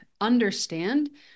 understand